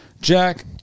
Jack